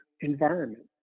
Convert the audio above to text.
environment